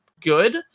good